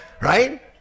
right